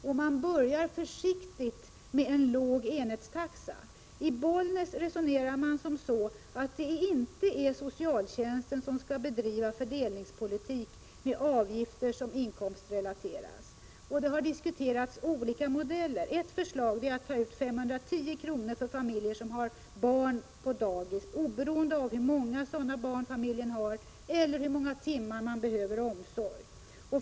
Man har börjat försiktigt med en låg enhetstaxa. I Bollnäs resonerar man som så att det inte är socialtjänsten som skall bedriva fördelningspolitik med inkomstrelaterade avgifter. Olika modeller har diskuterats. Ett förslag är att ta ut 510 kr. i månaden för familjer som har barn på dagis oberoende av hur många sådana barn familjen har eller hur många timmar man behöver omsorg.